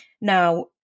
Now